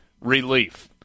relief